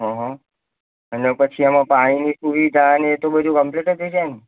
હ હ અને પછી એમાં પાણીની સુવિધા ને એ તો બધું કમ્પ્લીટ જ હશે ને